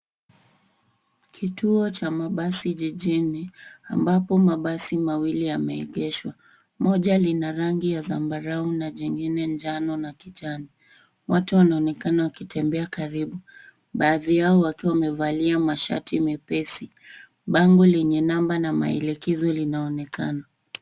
Kituo cha mabasi jijini ambapo mabasi mawili yameegeshwa moja lina rangi ya zambarau na jingine njano na kijani. Watu wanaonekana wakitembea karibu, baadhi yao wakiwa wamevalia mashati mepesi. Bango lenye namba na maelekezi linaonekana.